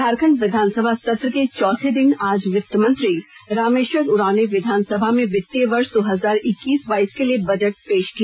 झारखण्ड विधानसभा सत्र के चौथे दिन आज वित्तमंत्री रामेश्वर उरांव ने विधानसभा में वित्तीय वर्ष दो हजार इक्कीस बाईस के लिए बजट पेश किया